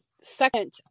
second